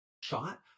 shot